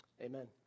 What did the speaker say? Amen